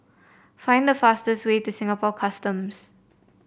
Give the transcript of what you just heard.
find the fastest way to Singapore Customs